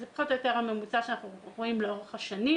זה פחות או יותר הממוצע שאנחנו רואים לאורך השנים,